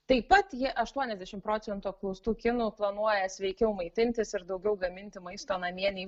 taip pat jie aštuoniasdešimt procentų apklaustų kinų planuoja sveikiau maitintis ir daugiau gaminti maisto namie nei